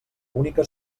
única